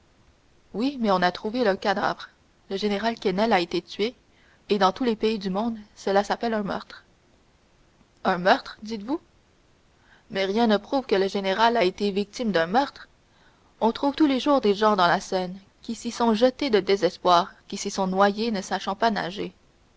oui mais on a trouvé un cadavre le général quesnel a été tué et dans tous les pays du monde cela s'appelle un meurtre un meurtre dites-vous mais rien ne prouve que le général ait été victime d'un meurtre on trouve tous les jours des gens dans la seine qui s'y sont jetés de désespoir qui s'y sont noyés ne sachant pas nager